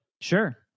Sure